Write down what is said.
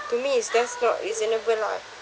to me is that's not reasonable lah